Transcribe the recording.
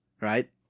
Right